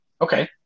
Okay